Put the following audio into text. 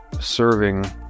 serving